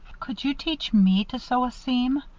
could you teach me to sew a seam!